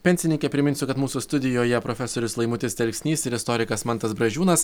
pensininkė priminsiu kad mūsų studijoje profesorius laimutis telksnys ir istorikas mantas bražiūnas